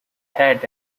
had